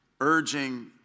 urging